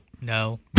No